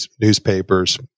newspapers